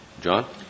John